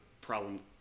problem